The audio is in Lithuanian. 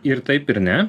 ir taip ir ne